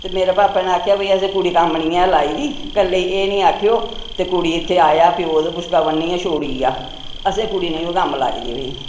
ते मेरे पापा ने आखेआ भाई असें कुड़ी कम्म नेईं ऐ लाई दी कल्लै गी एह् नेईं आखेओ ते कुड़ी इत्थै आया प्यो बुशका बन्नी ऐ छोड़ी गेआ असें कुड़ी नेईं ओ कम्म लाई दी भाई